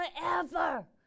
forever